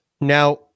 now